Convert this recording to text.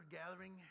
gathering